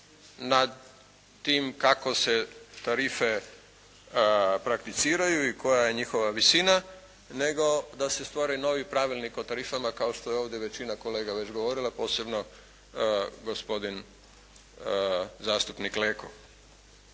nad tim kako se tarife prakticiraju i koja je njihova visina, nego da se stvori novi Pravilnik o tarifama kao što je ovdje većina kolega već govorila, posebno gospodin zastupnik Leko.